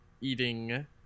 eating